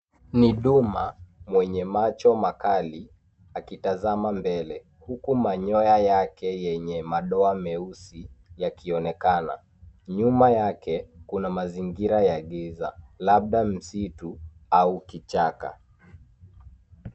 Ni duka mwenye macho makali akitazama mbele huku manyoya yake yenye madoa meusi yakionekana. Nyuma yake kuna mazingira ya giza labda msitu au kichaka.